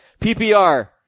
PPR